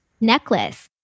necklace